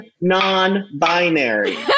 non-binary